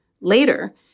Later